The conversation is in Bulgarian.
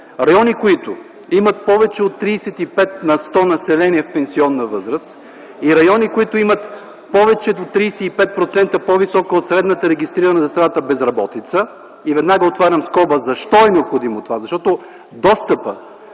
райони, които имат повече от 35 на сто население в пенсионна възраст и райони, които имат повече от 35% по-висока от средната регистрирана за страната безработица, и веднага отварям скоба: защо е необходимо това? Защото, достъпът